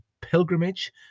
pilgrimage